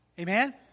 Amen